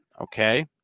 Okay